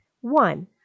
One